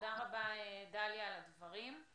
תודה רבה, דליה, על הדברים.